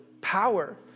power